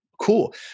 cool